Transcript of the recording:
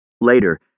Later